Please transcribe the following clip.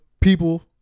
people